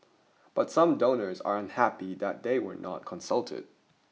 but some donors are unhappy that they were not consulted